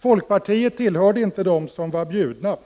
Folkpartiet tillhörde inte dem som var bjudna.